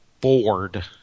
bored